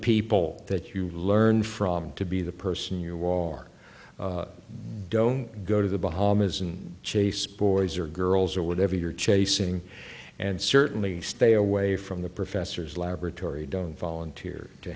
people that you learn from to be the person you're wal mart don't go to the bahamas and chase boys or girls or whatever you're chasing and certainly stay away from the professor's laboratory don't volunteer to